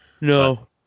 no